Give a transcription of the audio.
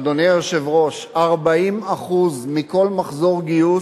אדוני היושב-ראש, 40% מכל מחזור גיוס,